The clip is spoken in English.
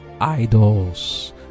idols